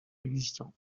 existant